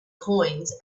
coins